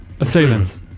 Assailants